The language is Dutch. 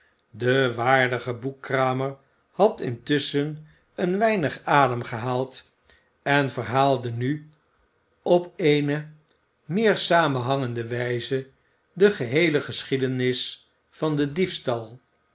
de waardige boekenkramer had intusschen een weinig adem gehaald en verhaalde nu op eene meer samenhangende wijze de geheele geschiedenis van den diefstal